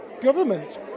government